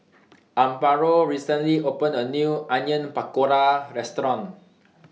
Amparo recently opened A New Onion Pakora Restaurant